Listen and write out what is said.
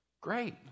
Great